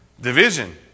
Division